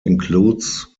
includes